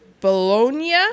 Bologna